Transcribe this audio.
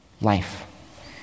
life